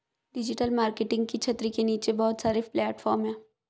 digital marketing की छतरी के नीचे बहुत सारे प्लेटफॉर्म हैं